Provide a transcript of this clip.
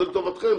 זה לטובתכם.